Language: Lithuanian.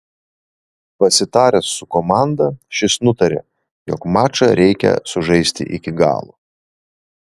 pasitaręs su komanda šis nutarė jog mačą reikia sužaisti iki galo